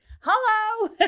hello